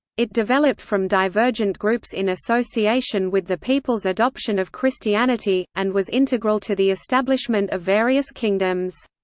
it developed from divergent groups in association with the people's adoption of christianity, and was integral to the establishment of various kingdoms.